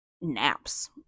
naps